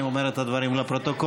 אני אומר את הדברים לפרוטוקול.